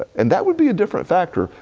and that would be a different factor.